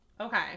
okay